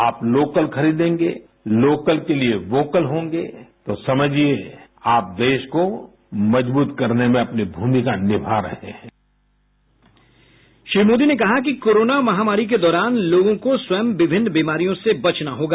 आप लोकल खरीदेंगे लोकल के लिए वोकल होंगे तो समझिए आप देश को मजबूत करने में अपनी भूमिका निभा रहे हैं श्री मोदी ने कहा कि कोरोना महामारी के दौरान लोगों को स्वयं विभिन्न बीमारियों से बचना होगा